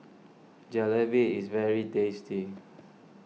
Jalebi is very tasty